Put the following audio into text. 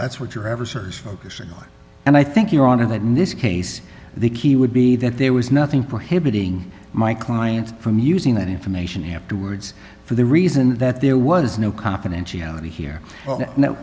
that's what your adversaries focusing on and i think you're on to that in this case the key would be that there was nothing prohibiting my client from using that information afterwards for the reason that there was no confidentiality here